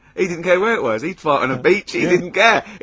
he didn't care where it was! he'd fight on a beach, he didn't care!